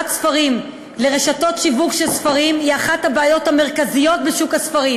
ספרים לרשתות שיווק של ספרים היא אחת הבעיות המרכזיות בשוק הספרים: